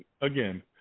again